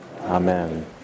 Amen